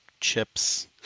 chips